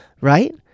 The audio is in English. right